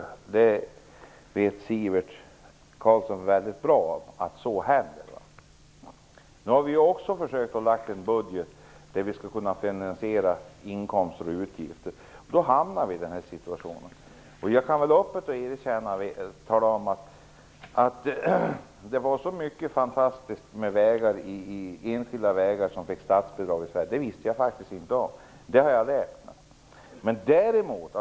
Att det sker känner Sivert Carlsson mycket väl till. Nu har vi i Vänsterpartiet försökt att lägga fram ett budgetförslag där vi finansierat inkomster och utgifter, och då hamnar vi i den här situationen. Jag kan öppet erkänna att jag faktiskt inte visste om att det var så många enskilda vägar som fick statsbidrag i Sverige, men det har jag lärt mig.